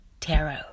TAROT